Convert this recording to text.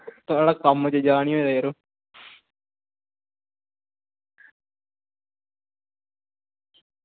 थुआढ़ा कम्म चज्जा दा निं होएआ यरो